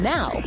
Now